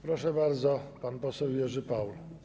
Proszę bardzo, pan poseł Jerzy Paul.